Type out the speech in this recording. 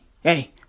hey